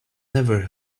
never